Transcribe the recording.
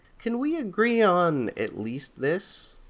can we agree on at least this?